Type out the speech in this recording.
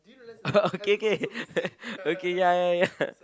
oh K K okay ya ya ya